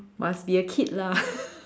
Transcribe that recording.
must be a kid lah